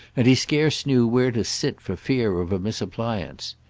and he scarce knew where to sit for fear of a misappliance.